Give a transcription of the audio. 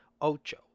Ocho